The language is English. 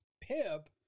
Pip